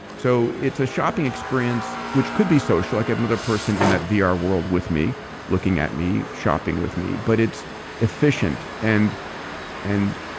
so it's a shopping experience, which could be social. i get another person in that vr ah world with me looking at me, shopping with me, but it's efficient and and.